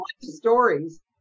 Stories